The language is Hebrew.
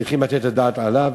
צריכים לתת את הדעת עליו.